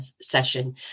Session